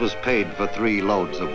was paid for three loads of